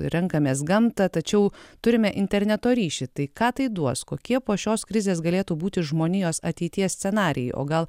renkamės gamtą tačiau turime interneto ryšį tai ką tai duos kokie po šios krizės galėtų būti žmonijos ateities scenarijai o gal